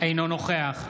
אינו משתתף